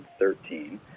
2013